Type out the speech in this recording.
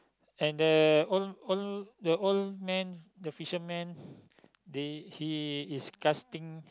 and the old old the old man the fisherman they he is casting